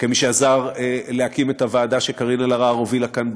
כמי שעזר להקים את הוועדה שקארין אלהרר הובילה כאן,